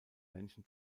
menschen